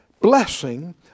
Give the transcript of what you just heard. blessing